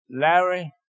Larry